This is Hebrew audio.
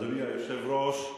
אדוני היושב-ראש,